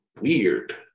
weird